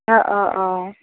অঁ অঁ অঁ